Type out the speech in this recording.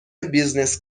بیزینس